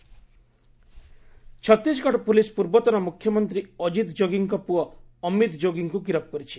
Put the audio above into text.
Chhattisgarh arrested Chhattisgarh police ପୂର୍ବତନ ମ୍ରଖ୍ୟମନ୍ତ୍ରୀ ଅଜିତ ଯୋଗୀଙ୍କ ପୁଅ ଅମିତ ଯୋଗୀଙ୍କ ଗିରଫ୍ କରିଛି